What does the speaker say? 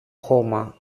χώμα